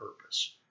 purpose